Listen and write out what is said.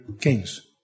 kings